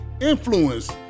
influence